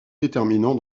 déterminant